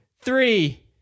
three